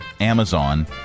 Amazon